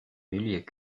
milieux